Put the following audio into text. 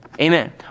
Amen